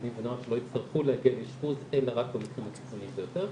לילדים ונוער שלא יצטרכו להגיע לאשפוז אלא רק במקרים הקיצוניים ביותר.